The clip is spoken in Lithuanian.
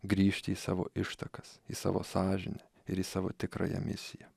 grįžti į savo ištakas į savo sąžinę ir į savo tikrąją misiją